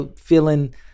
feeling